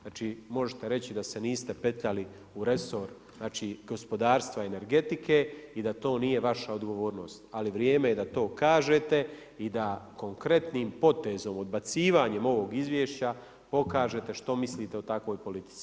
Znači možete reći da se niste petljali u resor gospodarstva i energetike i da to nije vaša odgovornost, ali vrijeme je da to kažete i da konkretnim potezom, odbacivanjem ovog izvješća, pokažete što mislite o takvoj politici.